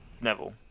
Neville